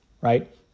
right